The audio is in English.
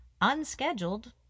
Unscheduled